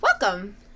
Welcome